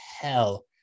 hell